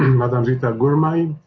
madam zita gurmai,